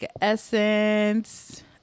essence